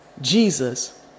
Jesus